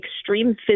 extreme